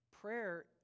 Prayer